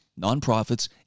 nonprofits